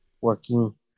working